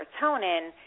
serotonin